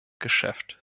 geschäft